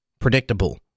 predictable